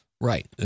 Right